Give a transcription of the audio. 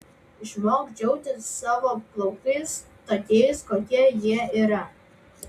išmok džiaugtis savo plaukais tokiais kokie jie yra